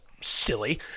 silly